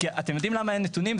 אתם יודעים למה אין נתונים?